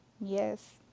yes